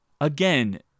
Again